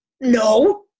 No